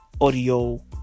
Audio